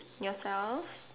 yourself